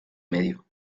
medio